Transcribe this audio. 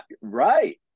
right